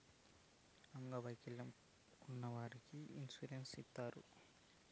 అంగవైకల్యం ఉన్న వారందరికీ ఇన్సూరెన్స్ ఇత్తారు